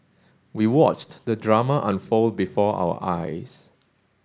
we watched the drama unfold before our eyes